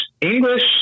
English